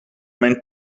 mijn